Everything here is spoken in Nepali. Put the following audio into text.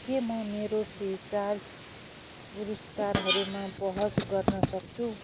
के म मेरो फ्रिचार्ज पुरस्कारहरूमा बहस गर्न सक्छु